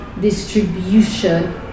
distribution